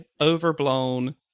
overblown